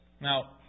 Now